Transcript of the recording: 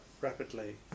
rapidly